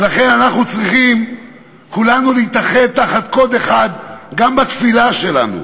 ולכן אנחנו צריכים כולנו להתאחד תחת קוד אחד גם בתפילה שלנו,